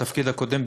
בתפקיד הקודם,